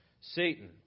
Satan